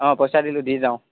অঁ পইচা দিলোঁ দি যাওঁ